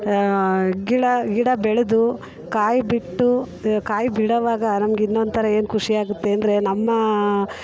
ಗಿಳ ಗಿಡ ಬೆಳೆದು ಕಾಯಿ ಬಿಟ್ಟು ಕಾಯಿ ಬಿಡೋವಾಗ ನಮಗೆ ಇನ್ನೊಂಥರ ಏನು ಖುಷಿಯಾಗುತ್ತೆ ಅಂದರೆ ನಮ್ಮ